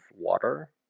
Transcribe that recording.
water